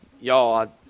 y'all